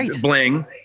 bling